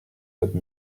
cette